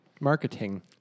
Marketing